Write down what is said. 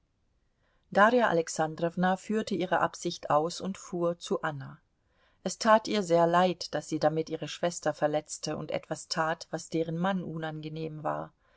darja alexandrowna führte ihre absicht aus und fuhr zu anna es tat ihr sehr leid daß sie damit ihre schwester verletzte und etwas tat was deren mann unangenehm war